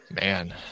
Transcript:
Man